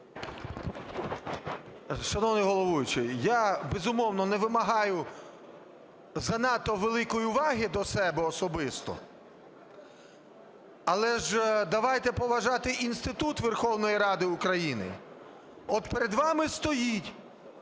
Шановний головуючий, я, безумовно, не вимагаю занадто великої уваги до себе особисто, але ж давайте поважати інститут Верховної Ради України. От перед вами стоїть